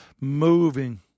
moving